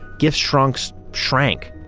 giftschranks shrank.